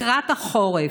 לקראת החורף,